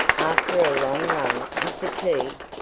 after her long run and fatigue,